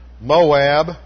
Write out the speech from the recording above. Moab